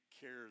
cares